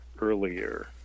earlier